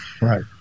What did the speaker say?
Right